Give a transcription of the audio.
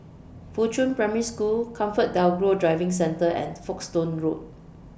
Fuchun Primary School ComfortDelGro Driving Centre and Folkestone Road